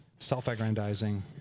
self-aggrandizing